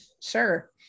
Sure